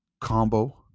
combo